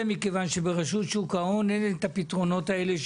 מכיוון שברשות שוק ההון אין את הפתרונות האלה,